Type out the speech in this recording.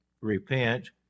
repent